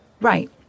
Right